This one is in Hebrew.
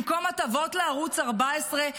במקום הטבות לערוץ 14,